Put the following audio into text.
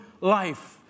life